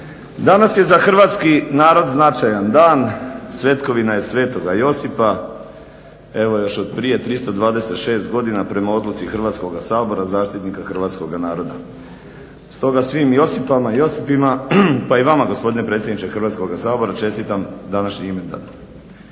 Danas je za hrvatski narod značajan dan, svetkovina je svetoga Josipa. Evo još od prije 326 godina prema odluci Hrvatskoga sabora zaštitnika hrvatskoga naroda. Stoga svim Josipama i Josipima pa i vama gospodine predsjedniče Hrvatskoga sabora čestitam današnji imendan.